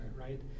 right